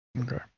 Okay